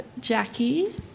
Jackie